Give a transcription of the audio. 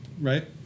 right